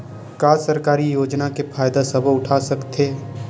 का सरकारी योजना के फ़ायदा सबो उठा सकथे?